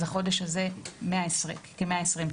אז החודש הזה כ-120 תיקים.